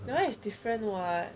that [one] is different [what]